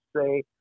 say